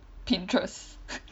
Pinterest